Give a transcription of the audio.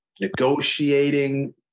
negotiating